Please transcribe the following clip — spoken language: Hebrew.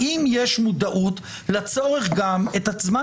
האם יש מודעות לצורך לקצר גם את הזמן